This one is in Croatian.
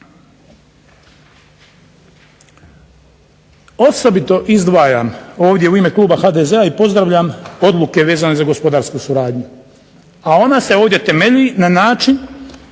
Osobito izdvajam ovdje u ime kluba HDZ-a i pozdravljam odluke vezane za gospodarsku suradnju, a onda se ovdje temelji na način